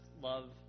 love